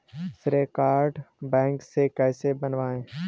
श्रेय card bank से कैसे बनवाएं?